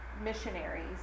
Missionaries